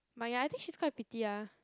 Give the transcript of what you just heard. but ya I think she's quite pretty ah